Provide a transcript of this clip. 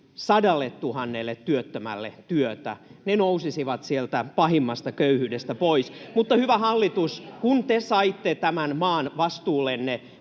toisi 100 000 työttömälle työtä. He nousisivat sieltä pahimmasta köyhyydestä pois. Hyvä hallitus, kun te saitte tämän maan vastuullenne,